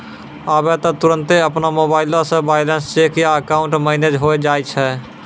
आबै त तुरन्ते अपनो मोबाइलो से बैलेंस चेक या अकाउंट मैनेज होय जाय छै